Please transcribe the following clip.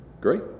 great